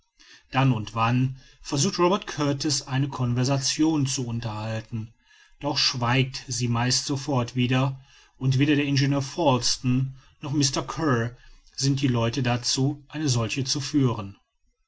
dann und wann versucht robert kurtis eine conversation zu unterhalten doch schweigt sie meist sofort wieder und weder der ingenieur falsten noch mr kear sind die leute dazu eine solche zu führen